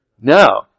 No